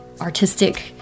artistic